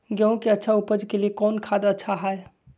गेंहू के अच्छा ऊपज के लिए कौन खाद अच्छा हाय?